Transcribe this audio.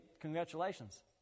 congratulations